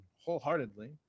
wholeheartedly